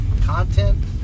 content